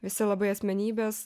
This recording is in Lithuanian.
visi labai asmenybės